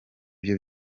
byo